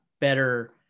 better